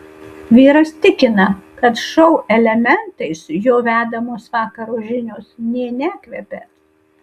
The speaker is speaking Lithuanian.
vyras tikina kad šou elementais jo vedamos vakaro žinios nė nekvepia